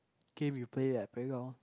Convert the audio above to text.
game we play at playground